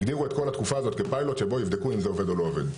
הגדירו את כל התקופה הזאת כפיילוט שבו יבדקו אם זה עובד או לא עובד,